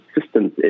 systems